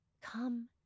Come